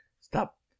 stop